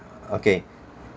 okay